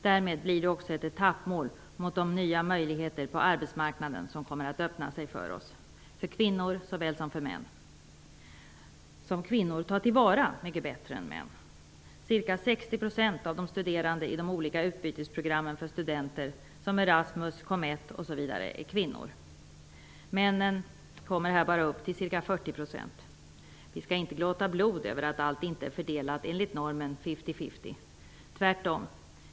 Därmed blir det också ett etappmål på vägen mot de nya möjligheter på arbetsmarknaden som kommer att öppna sig för oss, för kvinnor såväl som för män, möjligheter som kvinnor tar till vara mycket bättre än män. Comett osv. -- är kvinnor. Männen kommer här bara upp till ca 40 %. Vi skall inte gråta blod över att allt inte är fördelat enligt normen 50/50, tvärtom!